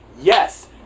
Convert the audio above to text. Yes